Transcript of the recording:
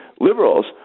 liberals